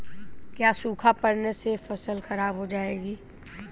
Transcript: क्या सूखा पड़ने से फसल खराब हो जाएगी?